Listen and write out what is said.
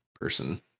person